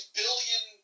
billion